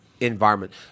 environment